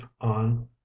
on